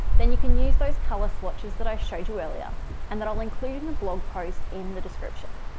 then you can use those color swatches that i showed you earlier and that all included in the blog post in the description.